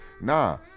nah